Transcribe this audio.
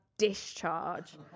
Discharge